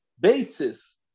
basis